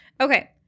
Okay